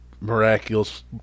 miraculous